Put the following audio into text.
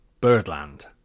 Birdland